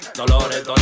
Dolores